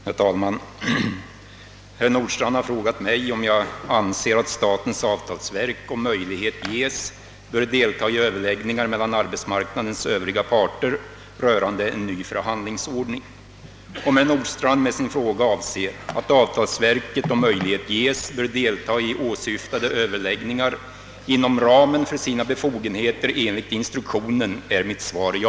Herr talman! Herr Nordstrandh har frågat mig om jag anser att statens avtalsverk, om möjlighet ges, bör delta i överläggningar mellan arbetsmarknadens övriga parter rörande en ny förhandlingsordning. Om herr Nordstrandh med sin fråga avser att avtalsverket, om möjlighet ges, bör delta i åsyftade överläggningar inom ramen för sina befogenheter enligt instruktionen, är mitt svar ja.